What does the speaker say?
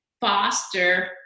foster